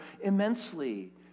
immensely